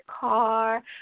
car